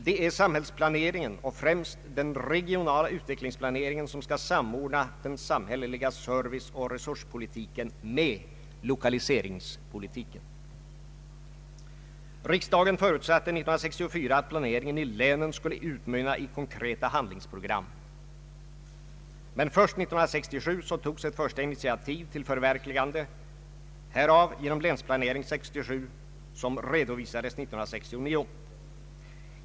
Det är samhällsplaneringen och främst den regionala utvecklingsplaneringen som skall samordna den samhälleliga serviceoch resurspolitiken med lokaliseringspolitiken. ringen i länen skulle utmynna i konkreta handlingsprogram. Men först 1967 togs ett första initiativ till förverkligande härav genom Länsplanering 1967 som redovisades 1969.